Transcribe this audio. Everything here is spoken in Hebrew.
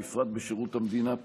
בפרט בשירות המדינה,